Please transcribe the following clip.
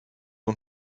und